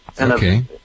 Okay